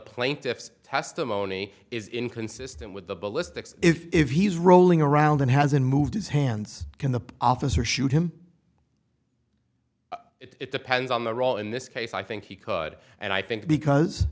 plaintiff's testimony is inconsistent with the ballistics if he's rolling around and hasn't moved his hands can the officer shoot him it depends on the role in this case i think he could and i think because